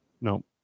No